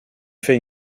fais